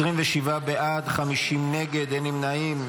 27 בעד, 50 נגד, אין נמנעים.